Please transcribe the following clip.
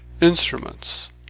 Instruments